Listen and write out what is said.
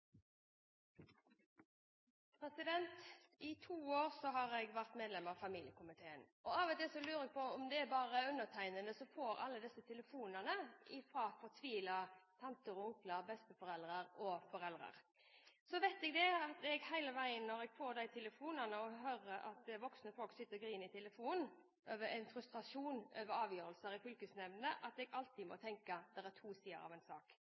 minutter. I to år har jeg vært medlem av familiekomiteen, og av og til lurer jeg på om det er bare undertegnede som får alle disse telefonene fra fortvilte tanter, onkler, besteforeldre og foreldre. Så vet jeg at jeg hele veien når jeg får de telefonene og hører at voksne folk sitter og griner i telefonen i frustrasjon over avgjørelser i fylkesnemndene, alltid må tenke på at det er to sider av en sak.